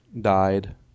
died